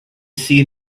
see